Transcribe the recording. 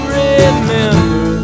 remember